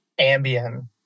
Ambien